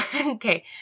Okay